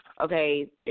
Okay